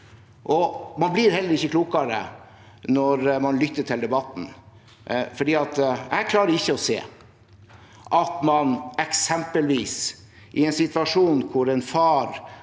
av. Man blir heller ikke klokere når man lytter til debatten, for jeg klarer ikke å se at eksempelvis en situasjon hvor en far